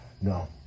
No